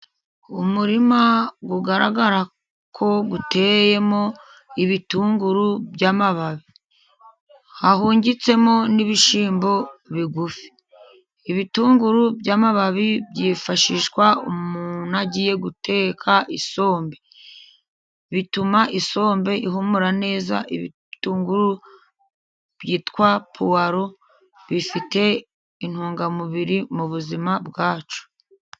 Umurima ugaragara ko utemo ibitunguru by'amababi, hahugitsemo n'ibishyimbo bigufi, ibitunguru by'amababi byifashishwa umuntu agiye guteka isombe bituma isombe ihumura neza, ibitunguru byitwa puwaro bifite intungamubiri mu buzima bwacu.